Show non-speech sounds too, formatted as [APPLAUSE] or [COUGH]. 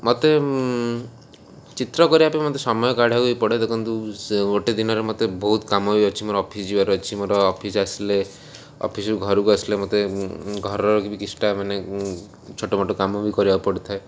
ମତେ ଚିତ୍ର କରିବା ପାଇଁ ମୋତେ ସମୟ କାଢ଼ିବାକୁ ପଡ଼େ ଦେଖନ୍ତୁ [UNINTELLIGIBLE] ଗୋଟେ ଦିନରେ ମତେ ବହୁତ କାମ ବି ଅଛି ମୋର ଅଫିସ୍ ଯିବାର ଅଛି ମୋର ଅଫିସ୍ ଆସିଲେ ଅଫିସ୍ରୁ ଘରକୁ ଆସିଲେ ମୋତେ ଘରର ବି କିଛିଟା ମାନେ ଛୋଟ ମୋଟ କାମ ବି କରିବାକୁ ପଡ଼ିଥାଏ